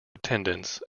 attendance